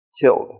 killed